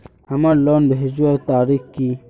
हमार लोन भेजुआ तारीख की?